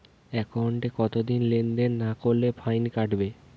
একাউন্টে কতদিন লেনদেন না করলে ফাইন কাটবে?